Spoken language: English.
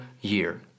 year